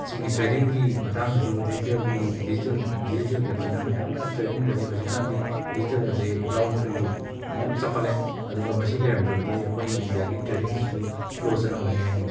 ꯁꯤꯒꯤ ꯇ꯭ꯔꯦꯗꯤꯡꯒꯤ ꯃꯇꯥꯡꯗꯁꯨ ꯗꯤꯖꯤꯇꯦꯜꯒꯤ ꯗꯤꯖꯤꯇꯦꯜ ꯗꯤꯖꯤꯇꯦꯜ ꯑꯦꯞꯁꯤꯅ ꯃꯌꯥꯝꯅ ꯇ꯭ꯔꯦꯗꯤꯡꯗꯗꯤ ꯍꯧꯖꯤꯀꯥꯟꯗꯤ ꯗꯤꯖꯤꯇꯦꯜ ꯑꯦꯞꯁꯤ ꯌꯥꯎꯕꯗꯒꯤ ꯃꯌꯥꯝ ꯆꯥꯎꯈꯠꯂꯦ ꯑꯗꯨꯒ ꯃꯁꯤ ꯂꯩꯔꯝꯗ꯭ꯔꯕꯗꯤ ꯑꯩꯈꯣꯏ ꯏꯟꯗ꯭ꯌꯥꯒꯤ ꯇ꯭ꯔꯦꯗꯤꯡꯁꯁꯨ ꯁ꯭ꯂꯣ ꯆꯠꯂꯝꯒꯅꯤ ꯍꯥꯏꯅꯤꯡꯏ